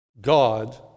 God